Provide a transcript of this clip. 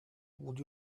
would